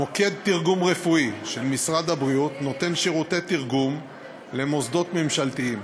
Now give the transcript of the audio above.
מוקד תרגום רפואי של משרד הבריאות נותן שירותי תרגום למוסדות ממשלתיים,